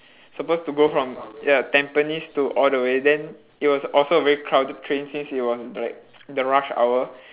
supposed to go from ya tampines to all the way then it was also a very crowded train since it was like the rush hour